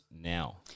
now